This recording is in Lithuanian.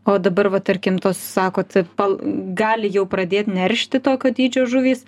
o dabar va tarkim tos sakot pal gali jau pradėt neršti tokio dydžio žuvys